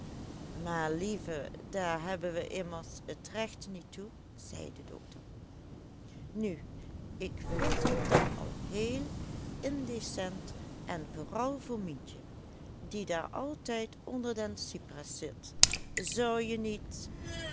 maar lieve daar hebben we immers t recht niet toe zei de dokter nu ik vind het dan al heel indécent en vooral voor mientje die daar altijd onder den cypres zit zou je niet